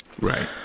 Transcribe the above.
right